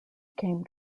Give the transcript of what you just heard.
came